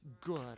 good